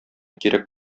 кирәк